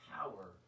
power